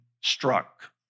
struck